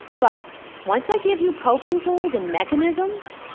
but once i give you coping tools and mechanisms,